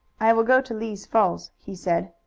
i will go to lee's falls, he said.